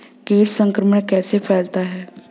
कीट संक्रमण कैसे फैलता है?